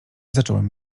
zacząłem